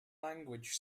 language